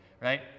right